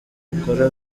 mukora